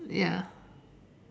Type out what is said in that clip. ya